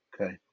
Okay